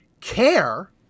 Care